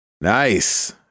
Nice